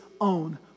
own